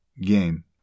game